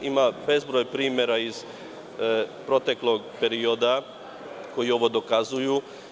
Ima bezbroj primera iz proteklog perioda koji ovo dokazuju.